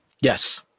Yes